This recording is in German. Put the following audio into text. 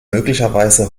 möglicherweise